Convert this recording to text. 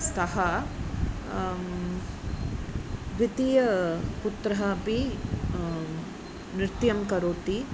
स्तः द्वितीयः पुत्रः अपि नृत्यं करोति